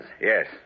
Yes